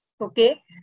okay